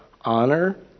Honor